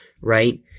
right